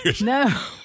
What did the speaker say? No